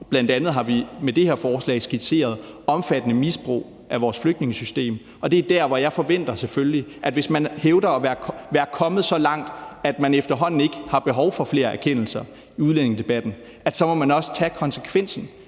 har bl.a. med det her forslag skitseret omfattende misbrug af vores flygtningesystem. Det er der, hvor jeg selvfølgelig forventer, at hvis man hævder at være kommet så langt, at man efterhånden ikke har behov for flere erkendelser i udlændingedebatten, så må man også tage konsekvensen